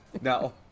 No